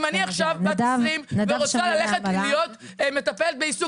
אם אני עכשיו בת 20 ואני רוצה ללכת להיות מטפלת בעיסוק